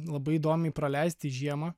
labai įdomiai praleisti žiemą